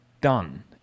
done